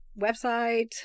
website